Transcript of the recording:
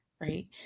right